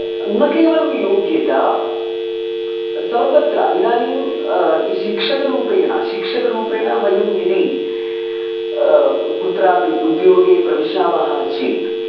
न केवलं योग्यता सर्वत्र इदानीं शिक्षकरूपेण शिक्षकरूपेण वयं यदि कुत्रापि उद्योगे प्रविशामः चेत्